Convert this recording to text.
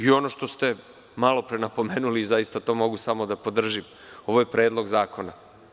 Ono što ste malopre napomenuli, zaista to mogu samo da podržim, ovaj predlog zakona.